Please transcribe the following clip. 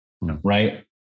Right